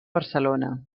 barcelona